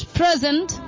present